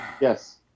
Yes